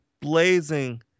blazing